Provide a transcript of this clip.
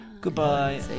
goodbye